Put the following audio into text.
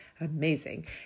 amazing